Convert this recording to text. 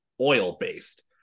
oil-based